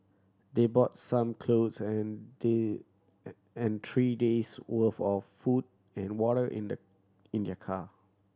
they bought some clothes and three and three days worth of food and water in their in their car